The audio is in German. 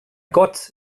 gott